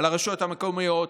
לרשויות המקומיות,